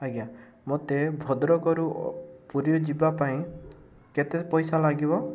ଆଜ୍ଞା ମୋତେ ଭଦ୍ରକରୁ ପୁରୀ ଯିବା ପାଇଁ କେତେ ପଇସା ଲାଗିବ